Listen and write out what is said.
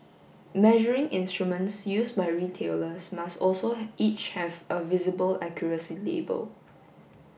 measuring instruments used by retailers must also each have a visible accuracy label